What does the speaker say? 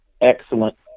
excellent